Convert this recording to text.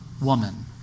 woman